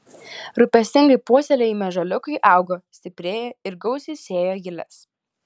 rūpestingai puoselėjami ąžuoliukai augo stiprėjo ir gausiai sėjo giles